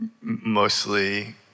mostly